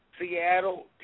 Seattle